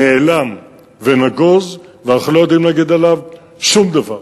נעלם ונגוז, ואנחנו לא יודעים להגיד עליו שום דבר.